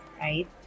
right